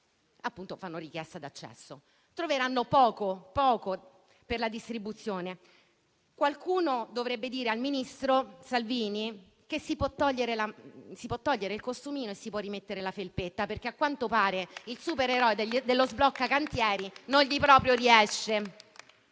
prezzi, fanno richiesta d'accesso. Troveranno poco per la distribuzione. Qualcuno dovrebbe dire al ministro Salvini che si può togliere il costumino e si può rimettere la felpetta, perché a quanto pare la parte del supereroe dello sblocca cantieri non gli riesce